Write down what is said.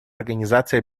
организации